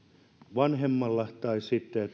vanhemmalle tai sitten jos